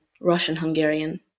Russian-Hungarian